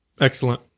Excellent